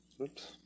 Oops